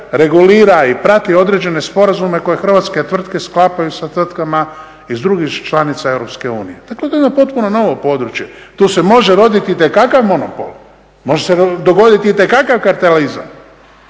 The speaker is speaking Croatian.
regulira i prati određene sporazume koje hrvatske tvrtke sklapaju sa tvrtkama iz drugih članica EU. Dakle to je jedno potpuno novo područje, tu se može roditi itekakav monopol, može se dogoditi itekakav kartelizam.